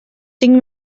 cinc